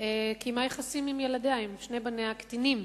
קיימה יחסים עם ילדיה, עם שני בניה הקטינים,